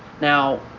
Now